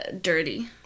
dirty